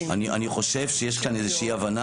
אני חושב שיש כאן איזושהי אי הבנה.